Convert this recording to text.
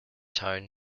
town